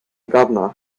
governor